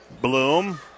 Bloom